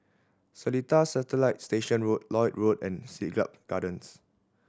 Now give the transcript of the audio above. Seletar Satellite Station Road Lloyd Road and Siglap Gardens